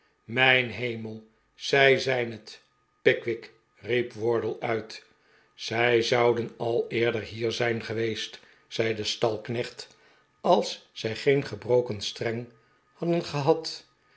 mijn hemel zij zijn het pickwick riep wardle uit zij zouden al eerder hier zijn geweest zei de stalknecht als zij geen gebroken streng hadden gehad